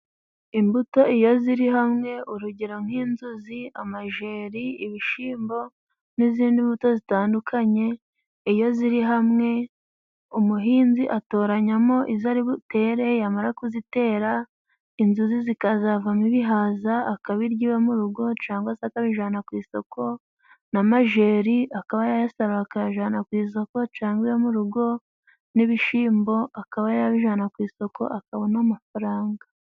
Imbuto iyo ziri hamwe urugero nk'inzuzi, amajeri, ibishimbo n'izindi mbuto zitandukanye iyo ziri hamwe umuhinzi atoranyamo izari butere yamara kuzitera inzuzi zikazavamo ibihaza akabirya iwe mu rugo cangwa se akabijana ku isoko namajeri akaba yayasarura akayajana ku isoko cangwa iwe mu rugo n'ibishimbo akaba yabijana ku isoko akabona amafaranga.